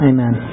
Amen